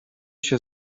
się